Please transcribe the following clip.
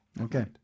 okay